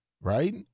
right